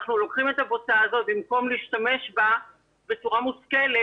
אנחנו לוקחים את הבוצה הזאת ובמקום להשתמש בה בצורה מושכלת,